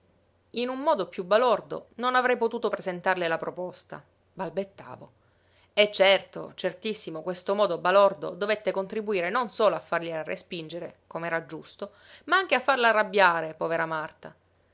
in un modo piú balordo non avrei potuto presentarle la proposta balbettavo e certo certissimo questo modo balordo dovette contribuire non solo a fargliela respingere com'era giusto ma anche a farla arrabbiare povera marta